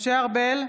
משה ארבל,